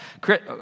Chris